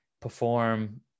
perform